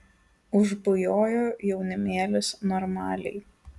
užbujojo jaunimėlis normaliai